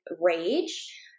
rage